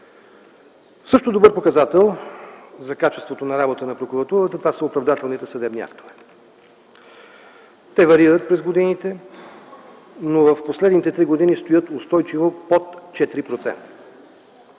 Също добър показател за качеството на работа на Прокуратурата са оправдателните съдебни актове. Те варират през годините, но в последните три години стоят устойчиво под 4%.